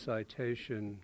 Citation